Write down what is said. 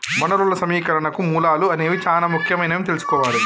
వనరులు సమీకరణకు మూలాలు అనేవి చానా ముఖ్యమైనవని తెల్సుకోవాలి